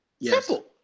Simple